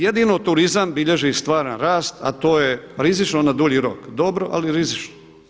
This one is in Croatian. Jedino turizam bilježi stvaran rast a to je rizično na dulji rok, dobro ali rizično.